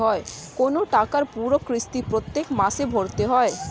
কোন টাকার পুরো কিস্তি প্রত্যেক মাসে ভরতে হয়